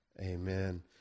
Amen